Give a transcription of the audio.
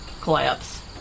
collapse